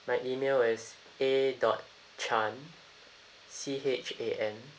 my E-mail is A dot chan C H A N